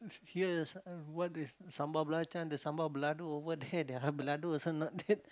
here what the sambal belacan the sambal balado over there their balado also not that